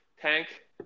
tank